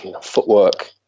footwork